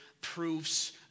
proofs